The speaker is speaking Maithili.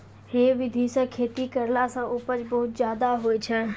है विधि सॅ खेती करला सॅ उपज बहुत ज्यादा होय छै